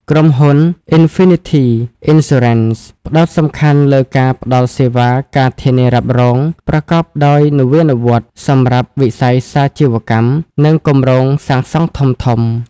ក្រុមហ៊ុន Infinity Insurance ផ្ដោតសំខាន់លើការផ្ដល់សេវា ការធានារ៉ាប់រង ប្រកបដោយនវានុវត្តន៍សម្រាប់វិស័យសាជីវកម្ម និងគម្រោងសាងសង់ធំៗ។